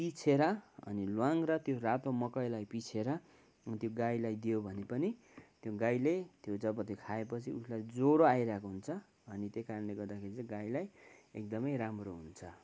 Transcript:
पिसेर अनि त्यो ल्वाङ र रातो मकैलाई पिसेर त्यो गाईलाई दियो भने पनि त्यो गाईले त्यो जब त्यो खाएपछि उसलाई ज्वरो आइरहेको हुन्छ अनि त्यही कारणले गर्दाखेरि चाहिँ गाईलाई एकदमै राम्रो हुन्छ